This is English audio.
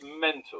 mental